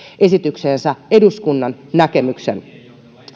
esitykseensä eduskunnan näkemyksen